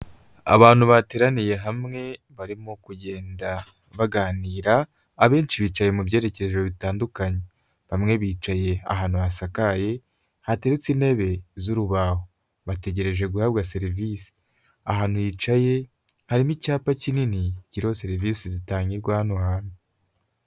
Abantu bateraniye hamwe barimo kugenda baganira, abenshi bicaye mu byerekezo bitandukanye, bamwe bicaye ahantu hasakaye hateretse intebe z'urubaho bategereje guhabwa serivisi, ahantu yicaye harimo icyapa kinini kiriho serivisi zitangirwa hano hantu.